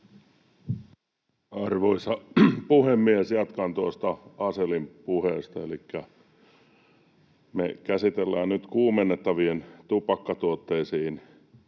Arvoisa puhemies! Jatkan tuosta Asellin puheesta, elikkä me käsitellään nyt kuumennettaviin tupakkatuotteisiin